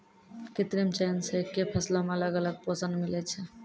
कृत्रिम चयन से एक्के फसलो मे अलग अलग पोषण मिलै छै